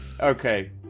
okay